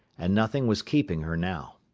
and nothing was keeping her now.